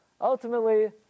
Ultimately